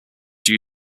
due